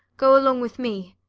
go along with me.